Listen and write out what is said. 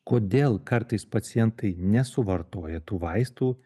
kodėl kartais pacientai nesuvartoja tų vaistų